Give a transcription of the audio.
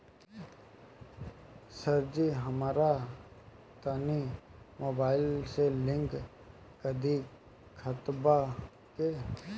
सरजी हमरा तनी मोबाइल से लिंक कदी खतबा के